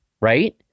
right